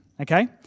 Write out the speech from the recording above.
okay